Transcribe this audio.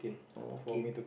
okay